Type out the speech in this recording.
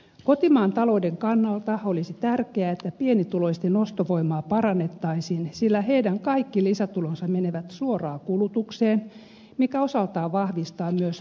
kotimaan talouden kannalta olisi tärkeää että pienituloisten ostovoimaa parannettaisiin sillä heidän kaikki lisätulonsa menevät suoraan kulutukseen mikä osaltaan vahvistaa myös talouskasvua